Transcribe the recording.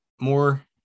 more